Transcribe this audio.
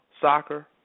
soccer